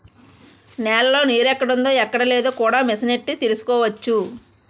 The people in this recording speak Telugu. నేలలో నీరెక్కడుందో ఎక్కడలేదో కూడా మిసనెట్టి తెలుసుకోవచ్చు